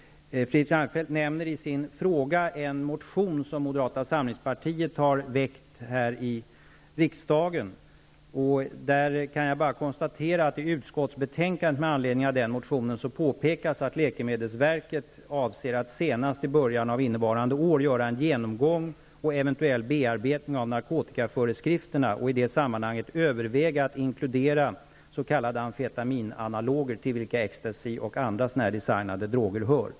Fredrik Reinfeldt nämnde i sin fråga en motion som Moderata samlingspartiet har väckt här i riksdagen. Där kan jag bara konstatera att det i utskottsbetänkandet med anledning av den motionen påpekas att läkemedelsverket avser att senast i början av innevarande år göra en genomgång och eventuell bearbetning av narkotikaföreskrifterna och i det sammanhanget överväga att inkludera s.k. amfetaminanaloger, till vilka ecstacy och andra designade droger hör.